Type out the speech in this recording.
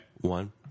One